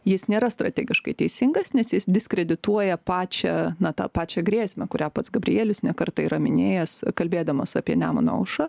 jis nėra strategiškai teisingas nes jis diskredituoja pačią na tą pačią grėsmę kurią pats gabrielius ne kartą yra minėjęs kalbėdamas apie nemuno aušrą